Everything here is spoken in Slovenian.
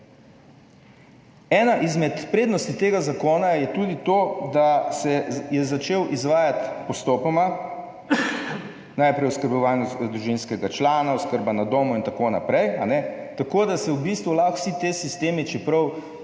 Ena izmed prednosti tega zakona je tudi to, da se je začel izvajati postopoma. Najprej oskrbovanje družinskega člana, oskrba na domu in tako naprej, tako, da se v bistvu lahko vsi ti sistemi, čeprav